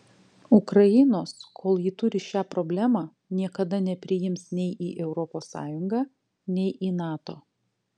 ukrainos kol ji turi šią problemą niekada nepriims nei į europos sąjungą nei į nato